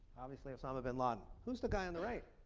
obviously osama bin laden. who's the guy on the right?